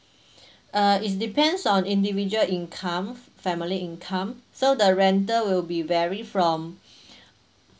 uh is depends on individual income family income so the rental will be vary from